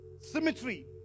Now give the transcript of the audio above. symmetry